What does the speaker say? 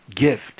gift